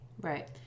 Right